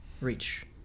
reach